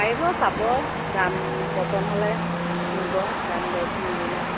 পাৰিব চাব দাম পচন্দ হ'লে নিব দাম দৰ মিলিলে